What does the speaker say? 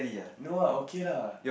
no ah okay lah